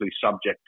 subject